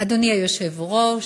אדוני היושב-ראש,